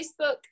Facebook